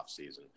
offseason